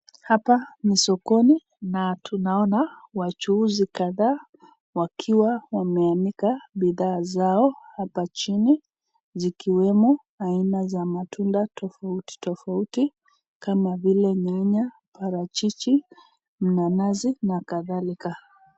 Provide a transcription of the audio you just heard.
Hapa ni sokoni na tunaona wachuuzi kadhaa wakiwa wameanika bidhaa zao hapa chini zikiwemo aina za matunda tofauti tofauti kama vile nyanya, parachichi, nanasi na kadhalika.